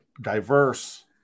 diverse